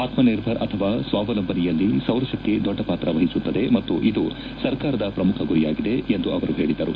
ಆತ್ಮನಿರ್ಭರ್ ಅಥವಾ ಸ್ವಾವಲಂಬನೆಯಲ್ಲಿ ಸೌರಶಕ್ತಿ ದೊಡ್ಡ ಪಾತ್ರ ವಹಿಸುತ್ತದೆ ಮತ್ತು ಇದು ಸರ್ಕಾರದ ಪ್ರಮುಖ ಗುರಿಯಾಗಿದೆ ಎಂದು ಅವರು ಹೇಳಿದರು